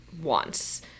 wants